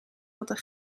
hadden